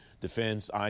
defense